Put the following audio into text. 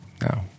No